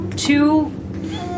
Two